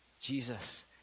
Jesus